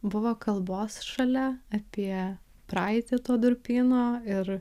buvo kalbos šalia apie praeitį to durpyno ir